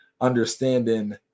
understanding